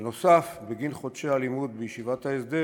נוסף על כך, בגין חודשי הלימוד בישיבת ההסדר